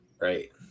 right